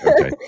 Okay